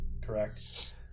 Correct